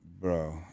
Bro